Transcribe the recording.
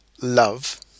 love